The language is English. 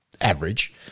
average